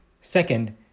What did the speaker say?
Second